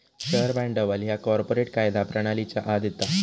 share भांडवल ह्या corporate कायदा प्रणालीच्या आत येता